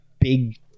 big